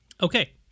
Okay